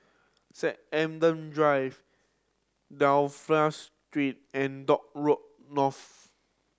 Adam Drive Street and Dock Road North